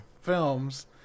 Films